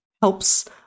helps